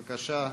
בבקשה,